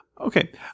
Okay